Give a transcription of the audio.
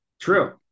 True